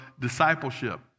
discipleship